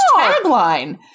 tagline